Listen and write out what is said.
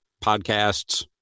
podcasts